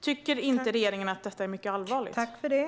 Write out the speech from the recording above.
Tycker inte regeringen att detta är mycket allvarligt?